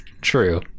true